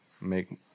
make